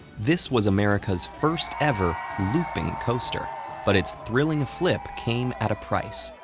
this was america's first-ever looping coaster but its thrilling flip came at a price.